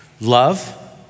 Love